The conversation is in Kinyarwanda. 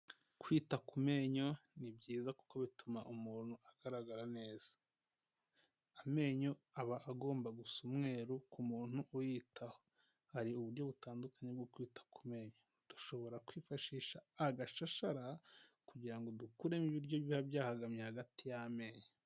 Kwita ku menyo ni byiza kuko bituma umuntu agaragara neza ,amenyo aba agomba gusa umweru ku muntu uyitaho hari uburyo butandukanye bwo kwita ku menyo dushobora kwifashisha agashashara kugirango ngo dukuremo ibiryo biba byahagamye hagati y'amenyo.